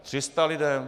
Tři sta lidem?